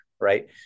right